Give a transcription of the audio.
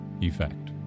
effect